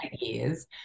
years